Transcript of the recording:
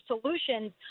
solutions